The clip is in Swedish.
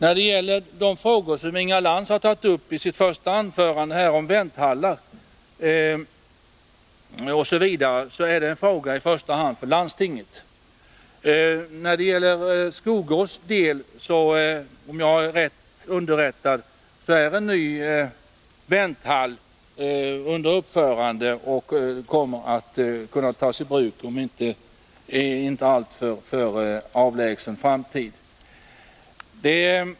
Beträffande det som Inga Lantz tog uppi sitt första anförande här om bl.a. vänthallar vill jag säga att det är en fråga i första hand för landstinget. När det gäller Skogås så är, om jag är rätt underrättad, en ny vänthall under uppförande där. Den kommer att kunna tas i bruk inom en inte alltför avlägsen framtid.